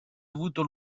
avuto